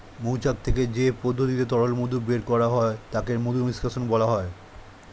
মৌচাক থেকে যে পদ্ধতিতে তরল মধু বের করা হয় তাকে মধু নিষ্কাশণ বলা হয়